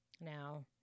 Now